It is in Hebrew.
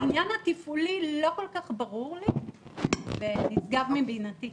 העניין התפעולי לא כל כך ברור לי ונשגב מבינתי.